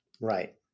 Right